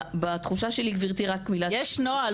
יש נוהל.